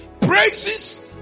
Praises